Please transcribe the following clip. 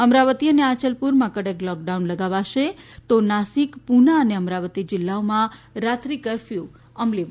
અમરાવતી અને આયલપુરમાં કડક લોકડાઉન લગાવાશે તો નાસીક પુના અને અમરાવતી જિલ્લાઓમાં રાત્રી કર્ફ્યુ અમલી બનશે